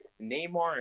Neymar